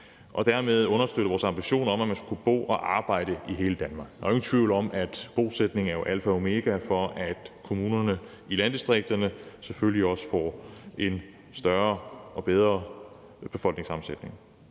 og dermed understøtte vores ambition om, at man skal kunne bo og arbejde i hele Danmark. Der er jo ingen tvivl om, at bosætningen er alfa og omega for, at kommunerne i landdistrikterne får en større og bedre befolkningssammensætning.